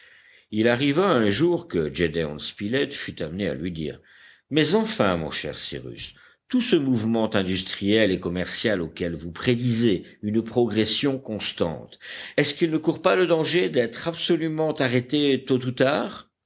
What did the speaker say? il arriva un jour que gédéon spilett fut amené à lui dire mais enfin mon cher cyrus tout ce mouvement industriel et commercial auquel vous prédisez une progression constante est-ce qu'il ne court pas le danger d'être absolument arrêté tôt ou tard